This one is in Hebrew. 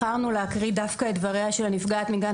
בחרנו להקריא דווקא את דבריה של הנפגעת מגן